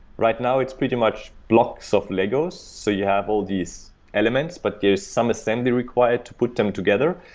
right now, it's pretty much blocks of legos, so you have all these elements, but there's some assembly required to put them together.